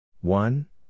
One